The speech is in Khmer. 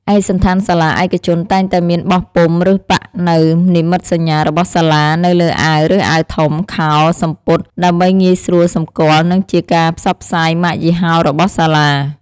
ឯកសណ្ឋានសាលាឯកជនតែងតែមានបោះពុម្ព ឬប៉ាក់នូវ និមិត្តសញ្ញា របស់សាលា នៅលើអាវ ឬអាវធំ ខោ/សំពត់ ដើម្បីងាយស្រួលសម្គាល់ និងជាការផ្សព្វផ្សាយម៉ាកយីហោរបស់សាលា។